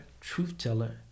truth-teller